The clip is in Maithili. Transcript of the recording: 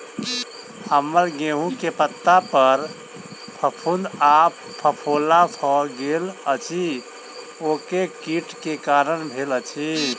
हम्मर गेंहूँ केँ पत्ता पर फफूंद आ फफोला भऽ गेल अछि, ओ केँ कीट केँ कारण भेल अछि?